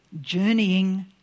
Journeying